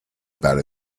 about